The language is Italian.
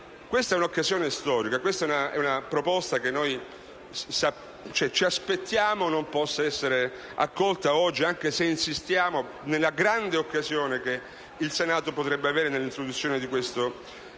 Questa è un'occasione storica; è una proposta che noi ci aspettiamo possa non essere accolta oggi, anche se insistiamo sulla grande occasione che il Senato potrebbe avere nell'introduzione di questo istituto.